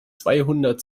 zweihundert